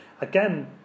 Again